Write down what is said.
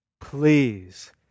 please